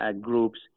groups